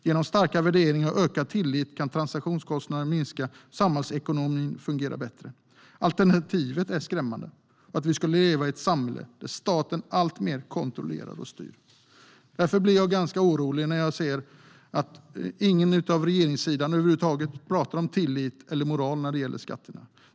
Genom starka värderingar och ökad tillit kan transaktionskostnader minska och samhällsekonomin fungera bättre. Alternativet är skrämmande: att vi skulle leva i ett samhälle där staten alltmer kontrollerar och styr. Därför blir jag orolig när jag ser att ingen på regeringssidan över huvud taget pratar tillit eller moral i fråga om skatterna.